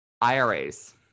IRAs